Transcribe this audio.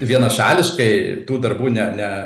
vienašališkai tų darbų ne ne